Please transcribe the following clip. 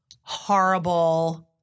horrible